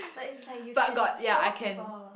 but it's like you can show people